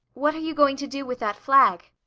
what are you going to do with that flag?